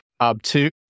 obtuse